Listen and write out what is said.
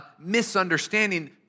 misunderstanding